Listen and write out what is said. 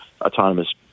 autonomous